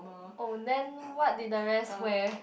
oh then what did the rest wear